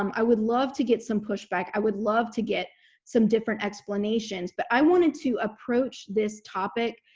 um i would love to get some pushback. i would love to get some different explanations, but i wanted to approach this topic